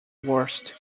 worst